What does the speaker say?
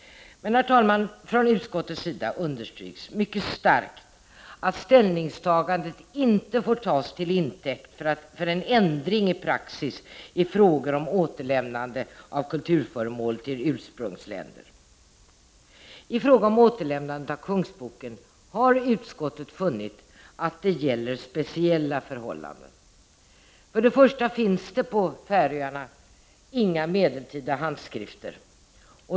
Men, herr talman, utskottet understryker mycket starkt att ställningstagandet inte får tas till intäkt för en ändring i praxis i frågor om återlämnande av kulturföremål till ursprungsländer. I fråga om återlämnandet av Kungsboken har utskottet funnit att speciella förhållanden råder. Först och främst finns det på Färöarna inga medeltida handskrifter.